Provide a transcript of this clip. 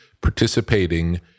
participating